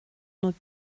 bhfuil